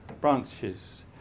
branches